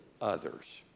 others